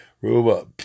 Ruba